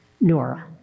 Nora